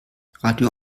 radio